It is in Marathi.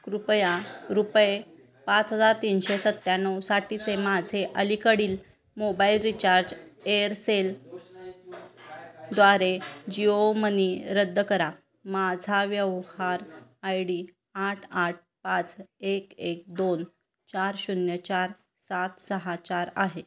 कृपया रुपये पाच हजार तीनशे सत्त्याण्णवसाठीचे माझे अलीकडील मोबाईल रिचार्ज एअरसेलद्वारे जिओ मनी रद्द करा माझा व्यवहार आय डी आठ आठ पाच एक एक दोन चार शून्य चार सात सहा चार आहे